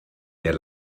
der